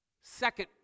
Second